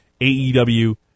AEW